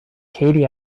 katie